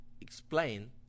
Explain